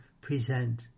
present